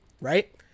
right